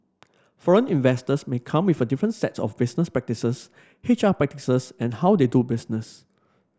foreign investors may come with a different set of business practices H R practices and how they do business